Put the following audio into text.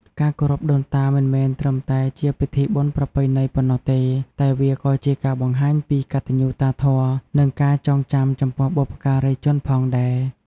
ការគោរពដូនតាមិនមែនត្រឹមតែជាពិធីបុណ្យប្រពៃណីប៉ុណ្ណោះទេ តែវាក៏ជាការបង្ហាញពីកតញ្ញូតាធម៌ និងការចងចាំចំពោះបុព្វការីជនផងដែរ។